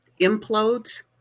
implodes